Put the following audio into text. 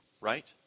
right